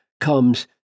comes